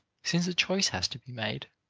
since a choice has to be made,